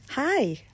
hi